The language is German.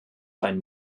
ein